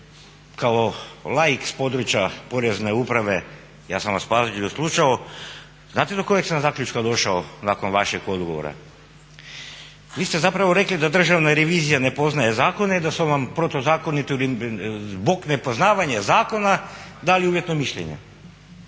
kao laik sa područja porezne uprave ja sam vas pažljivo slušao, znate do kojeg sam zaključka došao nakon vašeg odgovora? Vi ste zapravo rekli da državna revizija ne poznaje zakone i da su vam protuzakonito ili zbog ne poznavanja zakona dali uvjetno mišljenje.